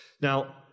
Now